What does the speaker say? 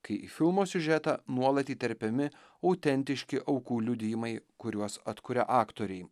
kai į filmo siužetą nuolat įterpiami autentiški aukų liudijimai kuriuos atkuria aktoriai